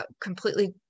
completely